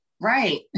Right